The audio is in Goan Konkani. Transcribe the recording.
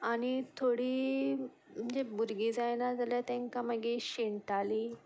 आनी थोडीं म्हणजे भुरगीं जायना नाजाल्यार तांकां मागीर शिणटालीं